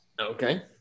Okay